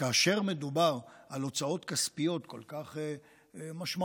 כאשר מדובר על הוצאות כספיות כל כך משמעותיות,